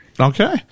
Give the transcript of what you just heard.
okay